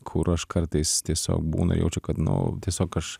kur aš kartais tiesiog būna jaučiu kad nu tiesiog aš